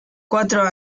cuatro